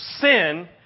sin